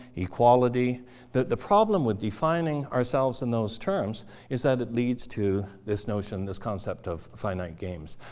equality the problem with defining ourselves in those terms is that it leads to this notion this concept of finite games.